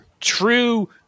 true